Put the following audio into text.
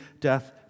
death